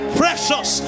precious